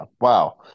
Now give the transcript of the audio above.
wow